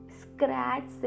scratch